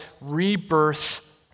rebirth